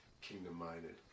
kingdom-minded